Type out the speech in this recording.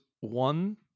one